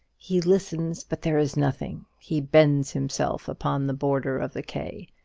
he listens, but there is nothing. he bends himself upon the border of the quay.